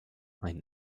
ein